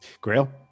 grail